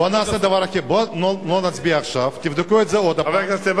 בוא לא נצביע עכשיו, תבדקו את זה שוב,